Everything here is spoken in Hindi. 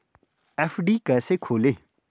एफ.डी कैसे खोलें?